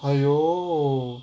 !aiyo!